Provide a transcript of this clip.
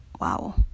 wow